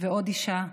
ועוד אישה,